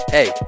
Hey